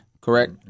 correct